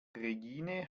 regine